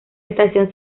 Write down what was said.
estación